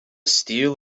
steel